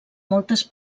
moltes